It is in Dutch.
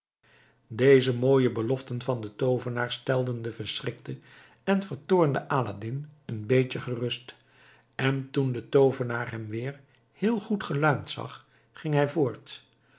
deze mooie beloften van den toovenaar stelden den verschrikten en vertoornden aladdin een beetje gerust en toen de toovenaar hem weer heel goed geluimd zag ging hij voort